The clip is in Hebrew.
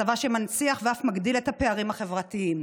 צבא שמנציח ואף מגדיל את הפערים החברתיים.